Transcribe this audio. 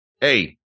hey